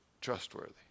trustworthy